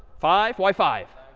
five. why, five?